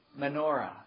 menorah